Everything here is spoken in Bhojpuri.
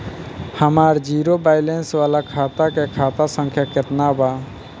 हमार जीरो बैलेंस वाला खतवा के खाता संख्या केतना बा?